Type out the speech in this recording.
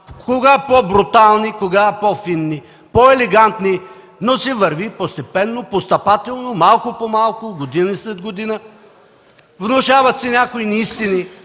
кога по-брутални, кога по-фини, по-елегантни, но се върви постепенно, постъпателно, малко по малко, година след година, внушават се някои неистини